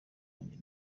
yanjye